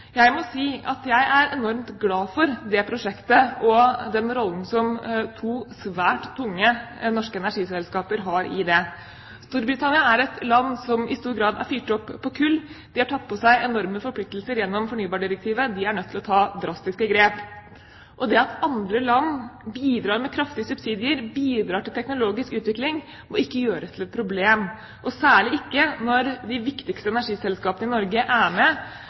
Jeg må si at jeg er enormt glad for det prosjektet og for den rollen som to svært tunge norske energiselskaper har i det. Storbritannia er et land som i stor grad er fyrt opp på kull. De har tatt på seg enorme forpliktelser gjennom fornybardirektivet. De er nødt til å ta drastiske grep. Det at andre land bidrar med kraftige subsidier, bidrar til teknologisk utvikling, må ikke gjøres til noe problem, og særlig ikke når de viktigste energiselskapene i Norge er med